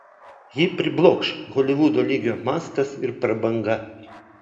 jį priblokš holivudo lygio mastas ir prabanga